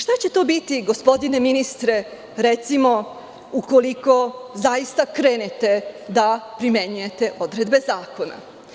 Šta će to biti, gospodine ministre, recimo, ukoliko zaista krenete da primenjujete odredbe zakona?